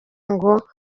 ngo